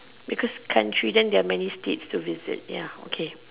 because countries then there are many states to visit ya okay